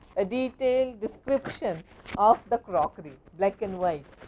a detailed description of the crockery, black and white,